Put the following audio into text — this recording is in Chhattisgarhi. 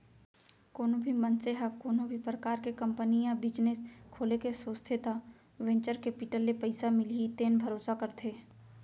कोनो भी मनसे ह कोनो भी परकार के कंपनी या बिजनेस खोले के सोचथे त वेंचर केपिटल ले पइसा मिलही तेन भरोसा करथे